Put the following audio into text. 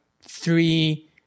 three